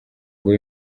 ngo